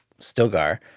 Stilgar